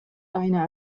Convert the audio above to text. aina